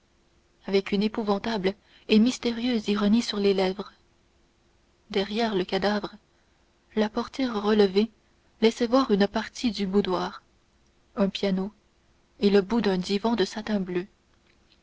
avec une épouvantable et mystérieuse ironie sur les lèvres derrière le cadavre la portière relevée laissait voir une partie du boudoir un piano et le bout d'un divan de satin bleu